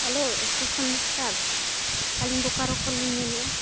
hello station master ᱟᱹᱞᱤᱧ ᱵᱳᱠᱟᱨᱳ ᱠᱷᱚᱱ ᱞᱤᱧ ᱢᱮᱱᱮᱜᱼᱟ